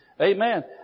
Amen